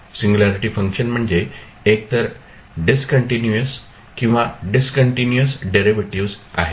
singularity function म्हणजे एकतर discontinuous किंवा डिस्कंटीन्यूअस डेरिव्हेटिव्ह्ज आहे